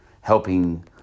helping